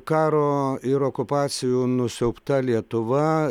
karo ir okupacijų nusiaubta lietuva